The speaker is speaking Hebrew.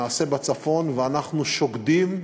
בצפון אנחנו שוקדים,